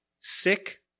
sick